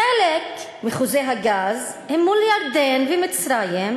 חלק מחוזי הגז הם מול ירדן ומצרים,